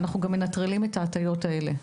אנחנו גם מנטרלים את ההטיות האלה,